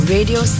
Radio